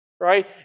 Right